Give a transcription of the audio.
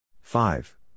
Five